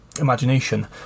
imagination